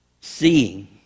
seeing